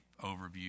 overview